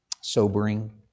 sobering